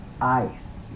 ice